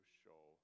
show